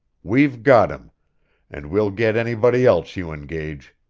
we've got him and we'll get anybody else you engage.